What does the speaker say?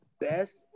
best